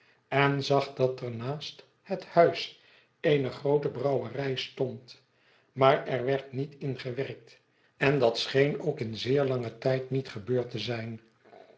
en zag dat er naast het huis eene groote brouwerij stond maar er werd niet in gewerkt en dat scheen ook in zeer langen tijd niet gebeurd te zijn